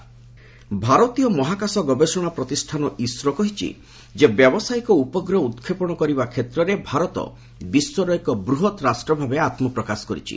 ଇସୋ ଭାରତୀୟ ମହାକାଶ ଗବେଷଣା ପ୍ରତିଷାନ ଇସ୍ରୋ କହିଛି ଯେ ବ୍ୟାବସାୟିକ ଉପଗ୍ରହ ଉତ୍କ୍ଷେପଣ କରିବା କ୍ଷେତ୍ରରେ ଭାରତ ବିଶ୍ୱର ଏକ ବୃହତ୍ ରାଷ୍ଟ୍ରଭାବେ ଆତ୍କପ୍ରକାଶ କରିଛି